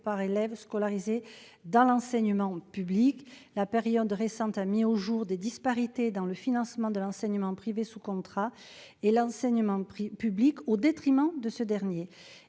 par élève scolarisé dans l'enseignement public. La période récente a mis au jour des disparités dans le financement de l'enseignement privé sous contrat et de l'enseignement public au détriment de ce dernier.